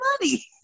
money